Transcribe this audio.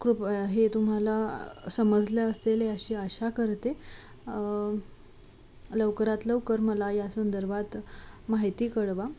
कृप हे तुम्हाला समजलं असेल अशी आशा करते लवकरात लवकर मला या संदर्भात माहिती कळवा